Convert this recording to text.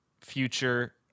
future